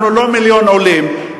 אנחנו לא מיליון עולים.